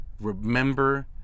Remember